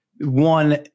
one